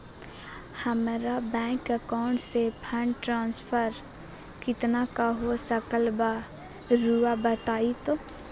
हमरा bank account से fund transfer कितना का हो सकल बा रुआ बताई तो?